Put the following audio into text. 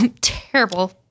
Terrible